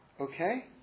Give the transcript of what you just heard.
Okay